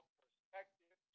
perspective